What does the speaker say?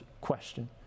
question